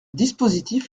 dispositif